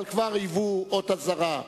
אבל כבר היו אות אזהרה: